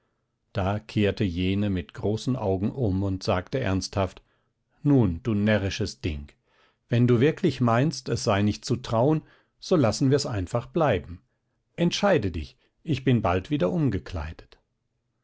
da kehrte jene mit großen augen um und sagte ernsthaft nun du närrisches ding wenn du wirklich meinst es sei nicht zu trauen so lassen wir's einfach bleiben entscheide dich ich bin bald wieder umgekleidet